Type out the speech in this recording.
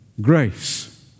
grace